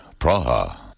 Praha